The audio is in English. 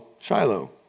shiloh